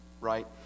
right